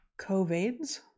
COVIDs